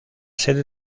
sede